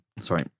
Sorry